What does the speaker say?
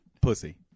Pussy